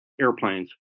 airplanes